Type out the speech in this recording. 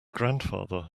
grandfather